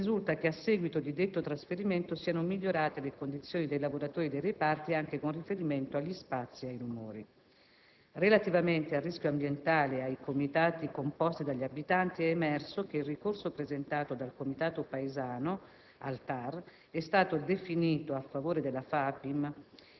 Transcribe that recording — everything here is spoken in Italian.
risulta che a seguito di detto trasferimento siano migliorate le condizioni dei lavoratori dei reparti anche con riferimento agli spazi e ai rumori. Relativamente al rischio ambientale e ai comitati composti dagli abitanti è emerso che il ricorso presentato dal comitato paesano al TAR è stato definito a favore della FAPIM.